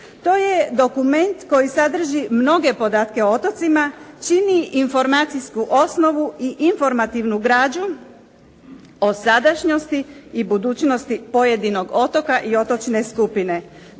To je dokument koji sadrži mnoge podatke o otocima, čini informacijsku osnovu i informativnu građu o sadašnjosti i budućnosti pojedinog otoka i otočne skupine.